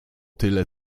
tyle